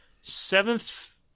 Seventh